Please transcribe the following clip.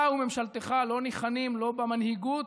אתה וממשלתך לא ניחנים לא במנהיגות,